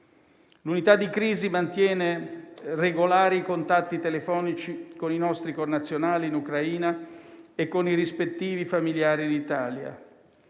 L'unità di crisi mantiene regolari contatti telefonici con i nostri connazionali in Ucraina e con i rispettivi familiari in Italia.